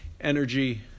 energy